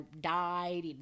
died